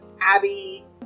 Abby